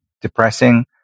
depressing